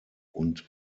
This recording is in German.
und